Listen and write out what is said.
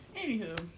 Anywho